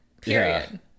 Period